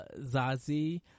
Zazi